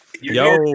Yo